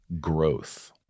growth